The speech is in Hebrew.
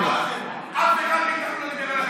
אף אחד מכם לא דיבר,